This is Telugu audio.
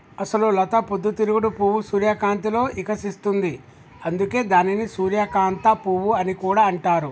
అసలు లత పొద్దు తిరుగుడు పువ్వు సూర్యకాంతిలో ఇకసిస్తుంది, అందుకే దానిని సూర్యకాంత పువ్వు అని కూడా అంటారు